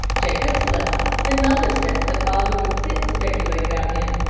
jacobs left, and mother says that father would sit and speculate about him,